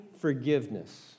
forgiveness